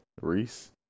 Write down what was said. Reese